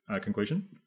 conclusion